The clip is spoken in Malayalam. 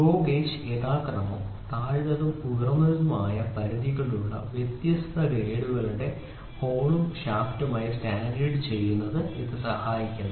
GO ഗേജ് യഥാക്രമം താഴ്ന്നതും ഉയർന്നതുമായ പരിധികളുള്ള വ്യത്യസ്ത ഗ്രേഡുകളുടെ ഹോളും ഷാഫ്റ്റും ആയി സ്റ്റാൻഡേർഡ് ചെയ്യുന്നതിന് ഇത് സഹായിക്കുന്നു